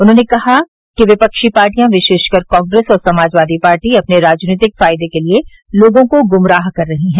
उन्होंने कहा कि विपक्षी पार्टियां विशेषकर कांग्रेस और समाजवादी पार्टी अपने राजनीतिक फायदे के लिए लोगों को गुमराह कर रही हैं